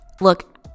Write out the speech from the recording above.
look